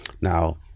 now